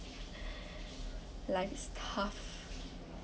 life's tough